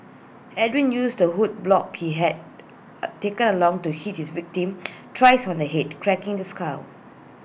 Edwin used the wood block he had taken along to hit his victim thrice on the Head cracking this skull